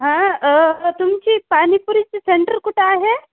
हा तुमची पानीपुरीची सेंटर कुठं आहे